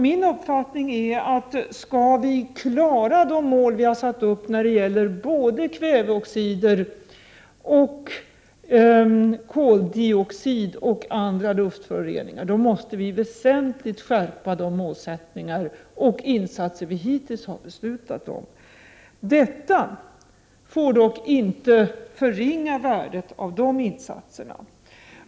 Min uppfattning är att om vi skall nå de mål som vi har satt upp när det gäller kväveoxider, koldioxid och andra luftföroreningar, måste vi väsentligt skärpa de insatser som vi hittills har beslutat om. Detta får dock inte förringa värdet av de insatserna.